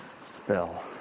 spell